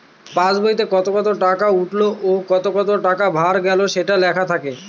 pass বইতে কত কত টাকা উঠলো ও কত কত টাকা ভরা গেলো সেটা লেখা থাকে